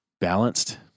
balanced